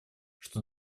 что